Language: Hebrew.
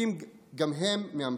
רחוקים גם הם מהמציאות.